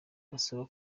basaba